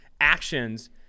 actions